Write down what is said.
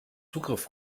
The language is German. zugriff